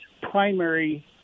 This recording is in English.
primary